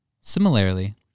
Similarly